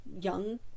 young